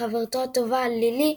וחברתו הטובה לילי",